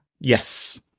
Yes